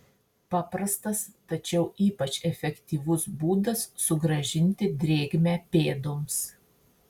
paprastas tačiau ypač efektyvus būdas sugrąžinti drėgmę pėdoms